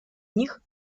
них